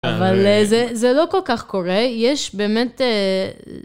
אבל זה לא כל כך קורה, יש באמת...